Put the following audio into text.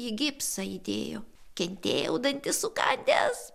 į gipsą įdėjo kentėjau dantis sukandęs